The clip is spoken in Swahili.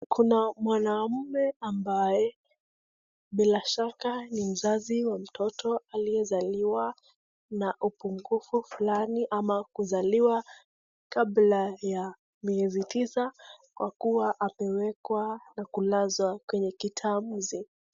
Kuna mwanaume ambaye bila shaka ni mzazi wa mtoto aliyezaliwa na upungufu fulani ama kuzaliwa kabla ya miezi tisa, kwa kuwa amewekwa na kulazwa kwenye kitamizi.